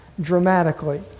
Dramatically